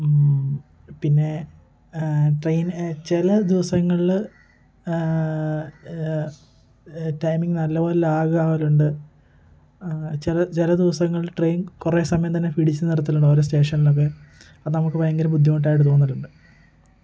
പിന്നെ ട്രെയിൻ ചില ദിവസങ്ങളില് ടൈമിങ്ങ് നല്ലപോലെ ലാഗ് ആവലുണ്ട് ചില ചില ദിവസങ്ങളിൽ ട്രെയിൻ കുറേ സമയം തന്നെ പിടിച്ച് നിർത്തലുണ്ട് ഓരോ സ്റ്റേഷനിലൊക്കെ അത് നമുക്ക് ഭയങ്കര ബുദ്ധിമുട്ടായിട്ട് തോന്നിലുണ്ട്